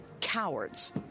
cowards